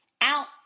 out